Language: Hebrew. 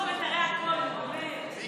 על ניתוח במיתרי הקול, נו, באמת.